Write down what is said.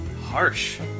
harsh